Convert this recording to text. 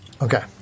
Okay